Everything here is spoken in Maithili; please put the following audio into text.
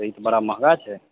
ई तऽ बड़ा महगा छै